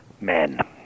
men